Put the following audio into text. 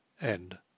End